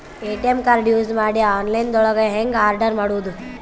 ATM card use ಮಾಡಿ online ದೊಳಗೆ ಹೆಂಗ್ ಆರ್ಡರ್ ಮಾಡುದು?